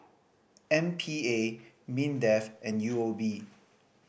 M P A MINDEF and U O B